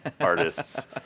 artists